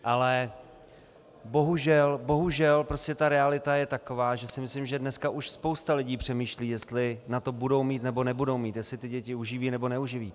Ale bohužel, bohužel ta realita je taková, že si myslím, že dneska už spousta lidí přemýšlí, jestli na to budou mít, nebo nebudou mít, jestli ty děti uživí, nebo neuživí.